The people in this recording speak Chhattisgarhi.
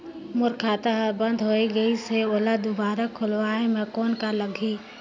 मोर खाता हर बंद हो गाईस है ओला दुबारा खोलवाय म कौन का लगही?